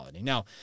Now